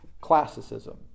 classicism